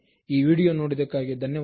ಈ ವಿಡಿಯೋ ನೋಡಿ ದಕ್ಕಾಗಿ ಧನ್ಯವಾದಗಳು